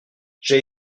j’ai